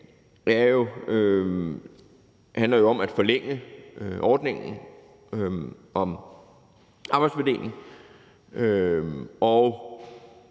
dag, handler jo om at forlænge ordningen om arbejdsfordeling